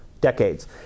decades